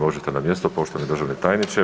Možete na mjesto poštovani državni tajniče.